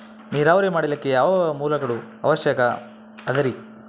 ನೇರಾವರಿ ಮಾಡಲಿಕ್ಕೆ ಯಾವ್ಯಾವ ಮೂಲಗಳ ಅವಶ್ಯಕ ಅದರಿ?